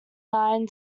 nine